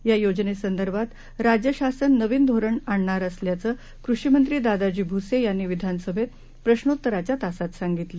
या योजनेसंदर्भात राज्यशासन नवीन धोरण आणणार असल्याचं कृषिमंत्री दादाजी भुसे यांनी विधानसभेत प्रश्रोत्तराच्या तासात सांगितलं